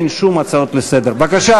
אין שום הצעות לסדר-היום.